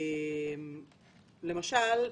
למשל,